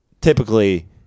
typically